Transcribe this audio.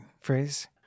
phrase